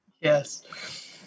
yes